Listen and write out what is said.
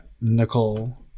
Nicole